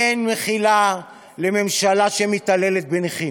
אין מחילה לממשלה שמתעללת בנכים.